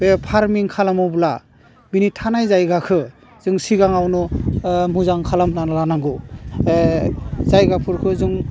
बे फार्मिं खालामोब्ला बिनि थानाय जायगाखौ जों सिगाङावनो मोजां खालामना लानांगौ जायगाफोरखौ जों